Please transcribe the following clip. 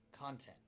content